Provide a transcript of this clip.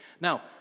Now